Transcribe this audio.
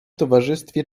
towarzystwie